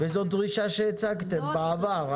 וזאת דרישה שהצגתם בעבר.